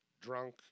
drunk